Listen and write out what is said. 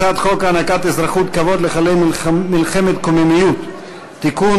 הצעת חוק הענקת אזרחות כבוד לחללי מלחמת הקוממיות (תיקון,